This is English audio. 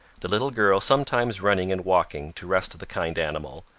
the little girl sometimes running and walking to rest the kind animal,